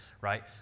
right